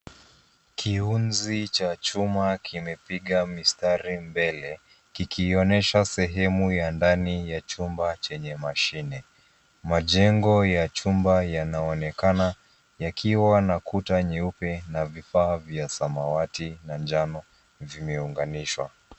Kiunzi cha chuma kimepiga mistari mbele kikionyesha sehemu ya ndani ya chumba chenye mashine. Majengo ya chumba yanaonekana yakiwa na kuta nyeupe na vifaa vya samawati na njano vimeunganishwa.